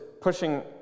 pushing